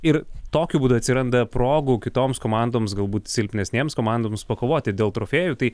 ir tokiu būdu atsiranda progų kitoms komandoms galbūt silpnesnėms komandoms pakovoti dėl trofėjų tai